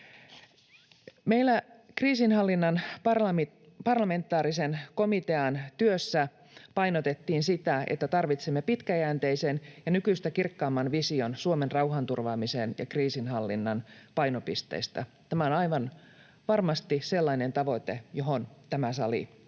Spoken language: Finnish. Meillä kriisinhallinnan parlamentaarisen komitean työssä painotettiin sitä, että tarvitsemme pitkäjänteisen ja nykyistä kirkkaamman vision Suomen rauhanturvaamisen ja kriisinhallinnan painopisteistä. Tämä on aivan varmasti sellainen tavoite, johon tämä sali